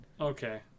okay